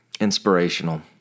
inspirational